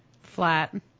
Flat